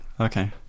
Okay